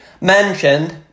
mentioned